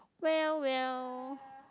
well well